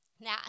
Now